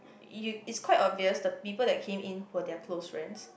y~ it's quite obvious the people that came in were their close friends